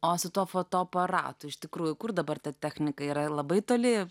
o su tuo fotoaparatų iš tikrųjų kur dabar ta technika yra labai toli